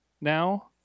Now